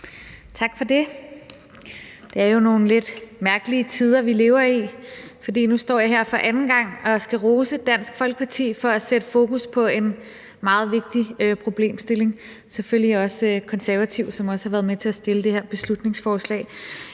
Tak for det. Det er jo nogle lidt mærkelige tider, vi lever i, for nu står jeg her for anden gang og skal rose Dansk Folkeparti for at sætte fokus på en meget vigtig problemstilling og selvfølgelig også Konservative, som også har været med til at fremsætte det her beslutningsforslag.